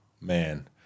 man